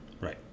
Right